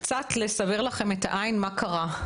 קצת לסבר לכם את העין מה קרה: